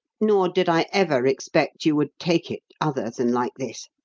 nor did i ever expect you would, take it other than like this.